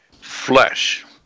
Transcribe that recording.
Flesh